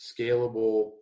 scalable